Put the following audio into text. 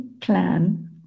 plan